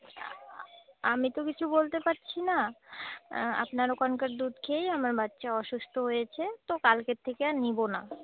আমি তো কিছু বলতে পারছি না আপনার ওখানকার দুধ খেয়েই আমার বাচ্চা অসুস্থ হয়েছে তো কালকের থেকে আর নেবো না